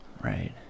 Right